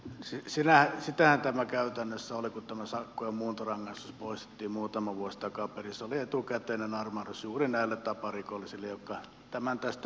syksyllä esittäytyvä käytännössä oli kutomassa kuin muuntorangaistus poistettiin muutama vuosi takaperin sovi etukäteinen armahdus juuri näille taparikollisille jotka tämän tästä